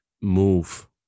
move